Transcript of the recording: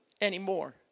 anymore